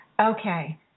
Okay